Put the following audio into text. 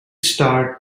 starred